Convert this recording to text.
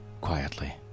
quietly